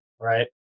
right